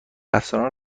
افسران